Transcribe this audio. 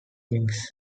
wings